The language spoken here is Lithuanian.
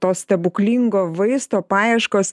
to stebuklingo vaisto paieškos